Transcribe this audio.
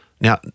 Now